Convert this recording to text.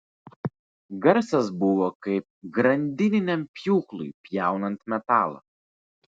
garsas buvo kaip grandininiam pjūklui pjaunant metalą